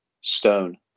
stone